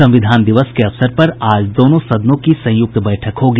संविधान दिवस के अवसर पर आज दोनों सदनों की संयुक्त बैठक होगी